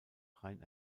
rhein